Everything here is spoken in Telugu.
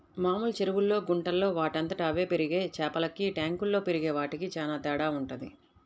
మామూలు చెరువుల్లో, గుంటల్లో వాటంతట అవే పెరిగే చేపలకి ట్యాంకుల్లో పెరిగే వాటికి చానా తేడా వుంటది